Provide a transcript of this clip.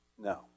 No